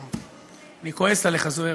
אני כועס עליך, זוהיר.